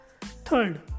Third